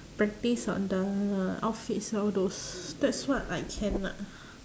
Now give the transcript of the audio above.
practise on the outfits all those that's what I can lah